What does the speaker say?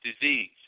disease